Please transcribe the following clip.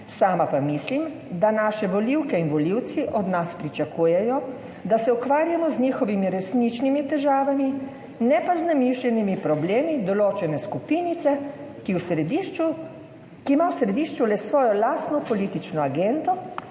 sama pa mislim, da naše volivke in volivci od nas pričakujejo, da se ukvarjamo z njihovimi resničnimi težavami, ne pa z namišljenimi problemi določene skupinice, ki ima v središču le svojo lastno politično agendo,